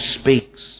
speaks